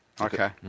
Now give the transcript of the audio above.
okay